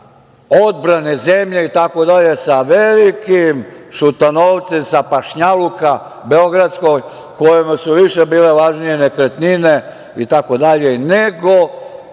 odbrane zemlje i tako dalje, sa velikim Šutanovcem, sa pašnjaluka beogradskog, kome su više bile važnije nekretnine i tako dalje, nego